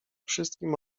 wszystkim